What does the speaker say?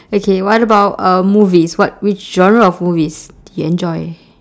okay what about uh movies what which genre of movies do you enjoy